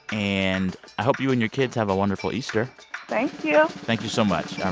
and i hope you and your kids have a wonderful easter thank you thank you so much. and